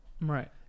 Right